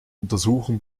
untersuchen